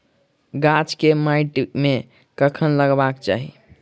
गाछ केँ माइट मे कखन लगबाक चाहि?